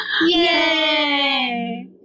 Yay